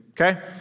okay